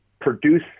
produce